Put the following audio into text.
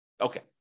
Okay